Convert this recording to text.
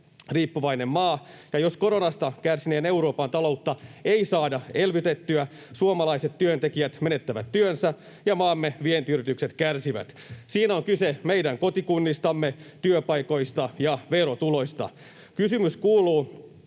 riippuvainen maa, ja jos koronasta kärsineen Euroopan taloutta ei saada elvytettyä, suomalaiset työntekijät menettävät työnsä ja maamme vientiyritykset kärsivät. Siinä on kyse meidän kotikunnistamme, työpaikoista ja verotuloista. Kysymys kuuluu,